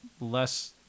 less